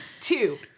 two